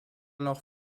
noch